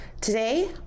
today